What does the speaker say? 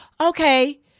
okay